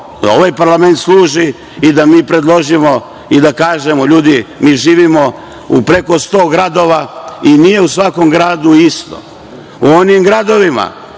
ovaj parlament služi i da mi predložimo i da kažemo - ljudi, mi živimo u preko sto gradova i nije u svakom gradu isto. U onim gradovima